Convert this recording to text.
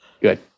Good